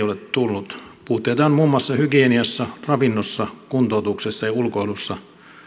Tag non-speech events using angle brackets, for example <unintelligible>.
<unintelligible> ole tullut puutteita on muun muassa hygieniassa ravinnossa kuntoutuksessa ja ulkoilussa